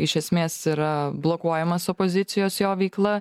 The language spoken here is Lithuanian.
iš esmės yra blokuojamas opozicijos jo veikla